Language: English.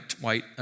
white